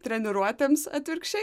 treniruotėms atvirkščiai